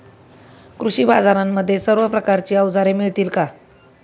कृषी बाजारांमध्ये सर्व प्रकारची अवजारे मिळतील का?